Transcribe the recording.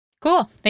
Cool